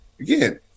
Again